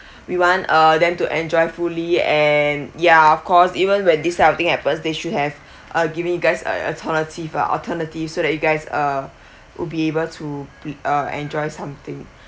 we want uh them to enjoy fully and ya of cause even when this kind of things happen they should have uh given you guys uh alternative ah alternatives so that you guys uh would be able to pre~ uh enjoy something